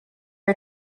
are